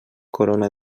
corona